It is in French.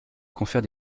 confère